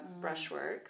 brushwork